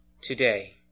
today